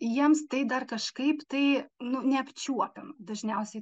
jiems tai dar kažkaip tai nu neapčiuopiama dažniausiai